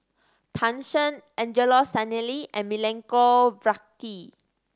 Tan Shen Angelo Sanelli and Milenko Prvacki